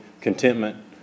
contentment